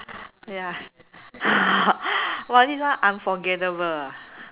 ya !wah! this one unforgettable ah